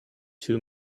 two